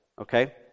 okay